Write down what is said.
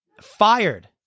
fired